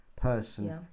person